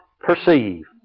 perceive